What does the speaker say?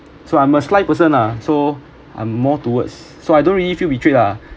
so I'm a sly person lah so I'm more towards so I don't really feel betrayed lah